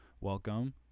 welcome